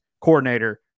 coordinator